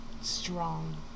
strong